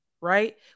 right